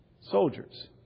Soldiers